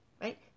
right